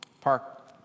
Park